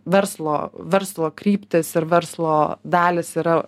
verslo verslo kryptys ir verslo dalys yra